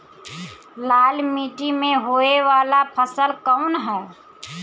लाल मीट्टी में होए वाला फसल कउन ह?